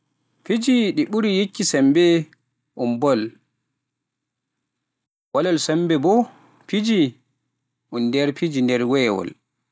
Piji ɗi ɓuri yikki sammbe ɗum bol, walal sammbe boo piji, un nder piji nder woyawol.